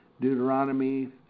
Deuteronomy